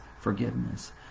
forgiveness